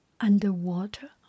underwater